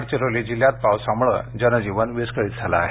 गडचिरोली जिल्ह्यात पावसामुळे जनजीवन विस्कळीत झालं आहे